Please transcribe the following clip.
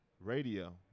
radio